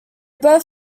both